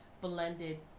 blended